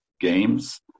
Games